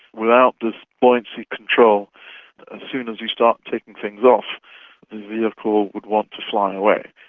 without this buoyancy control as soon as we start taking things off, the vehicle would want to fly away.